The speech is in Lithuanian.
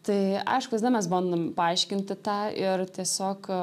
tai aišku visada mes bandom paaiškinti tą ir tiesiog